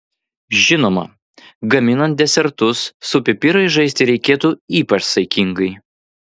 žinoma gaminant desertus su pipirais žaisti reikėtų ypač saikingai